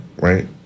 Right